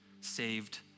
saved